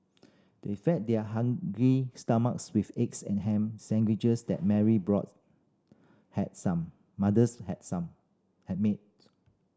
they fed their hungry stomachs with eggs and ham sandwiches that Mary brother had some mother's had some had made